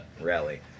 rally